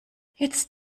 jetzt